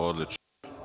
Odlično.